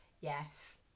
yes